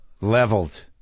Leveled